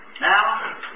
Now